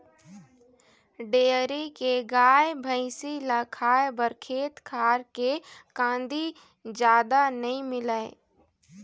dairy के गाय, भइसी ल खाए बर खेत खार के कांदी जादा नइ मिलय